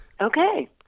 Okay